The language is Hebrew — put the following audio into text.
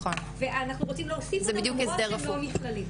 ואנחנו רוצים להוסיף אותם למרות שהם לא נכללים,